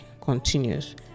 continues